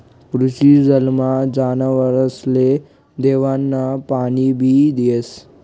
कृषी जलमा जनावरसले देवानं पाणीबी येस